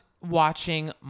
watching